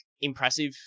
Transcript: impressive